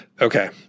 Okay